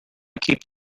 keep